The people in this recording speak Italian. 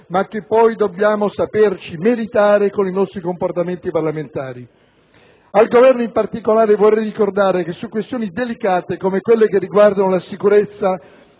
ma che poi dobbiamo saperci meritare con i nostri comportamenti parlamentari. Al Governo, in particolare, vorrei ricordare che su questioni delicate come quelle che riguardano la sicurezza